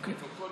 אוקיי.